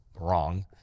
wrong